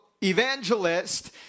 evangelist